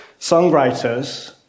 songwriters